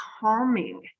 calming